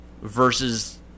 versus